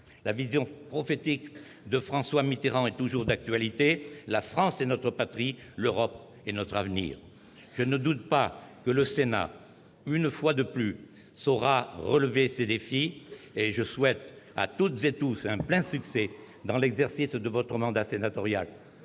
La vision prophétique de François Mitterrand est toujours d'actualité :« La France est notre patrie, l'Europe est notre avenir »! Je ne doute pas que le Sénat saura, une fois de plus, relever ces défis, et je vous souhaite à toutes et à tous un plein succès dans l'exercice de votre mandat sénatorial.